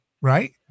right